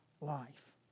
life